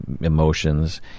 emotions